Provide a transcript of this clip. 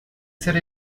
ser